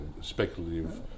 speculative